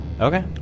Okay